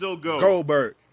Goldberg